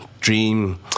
Dream